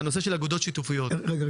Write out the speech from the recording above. בנושא של אגודות שיתופיות --- רגע,